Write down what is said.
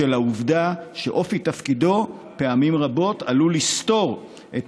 בשל העובדה שאופי תפקידו פעמים רבות עלול לסתור את